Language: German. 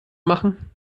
machen